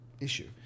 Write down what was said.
issue